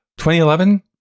2011